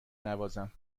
نوازم